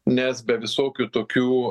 nes be visokių tokių